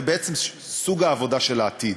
ובעצם הם סוג העבודה של העתיד.